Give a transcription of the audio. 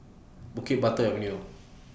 Bukit Batok Avenue